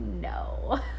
No